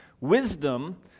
Wisdom